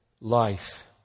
life